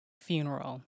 funeral